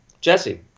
Jesse